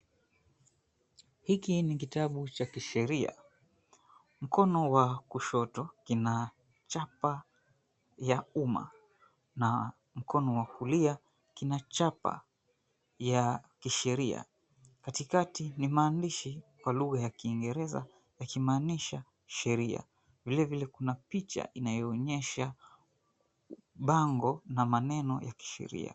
Hiki ni kitabu cha kisheria. Mkono wa kushoto kina chapa ya umma na mkono wa kulia kinachapa ya kisheria. Katikati ni maandishi kwa lugha ya kiingereza yakimaanisha sheria. Vilevile, kuna picha inayoonyesha bango na maneno ya kisheria.